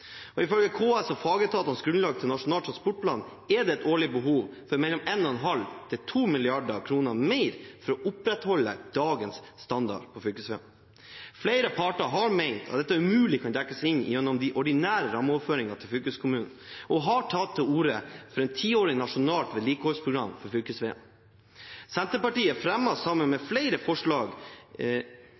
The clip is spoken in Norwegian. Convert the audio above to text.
2010. Ifølge KS og fagetatenes grunnlag for Nasjonal transportplan er det et årlig behov for mellom 1,5 og 2 mrd. kr mer for å opprettholde dagens standard på fylkesveiene. Flere parter har ment at dette umulig kan dekkes inn gjennom de ordinære rammeoverføringene til fylkeskommunene, og har tatt til orde for et tiårig nasjonalt vedlikeholdsprogram for fylkesveiene. Senterpartiet fremmet sammen med SV et forslag